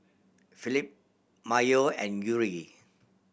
Philip Myojo and Yuri